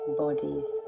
bodies